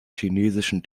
chinesischen